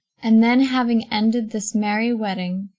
and then having ended this merry wedding,